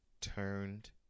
turned